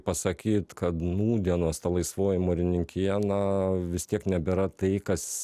pasakyt kad nūdienos ta laisvoji mūrininkija na vis tiek nebėra tai kas